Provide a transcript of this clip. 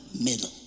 middle